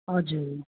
हजुर